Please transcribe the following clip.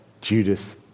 Judas